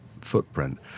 footprint